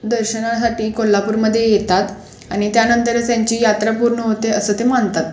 दर्शनासाठी कोल्हापूरमध्ये येतात आणि त्यानंतरच त्यांची यात्रा पूर्ण होते असं ते मानतात